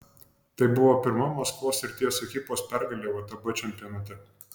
tai buvo pirma maskvos srities ekipos pergalė vtb čempionate